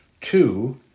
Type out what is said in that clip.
Two